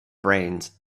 brains